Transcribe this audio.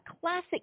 classic